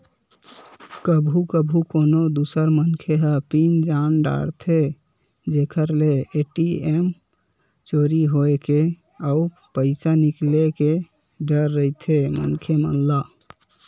कभू कभू कोनो दूसर मनखे ह पिन जान डारथे जेखर ले ए.टी.एम चोरी होए के अउ पइसा निकाले के डर रहिथे मनखे मन ल